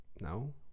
no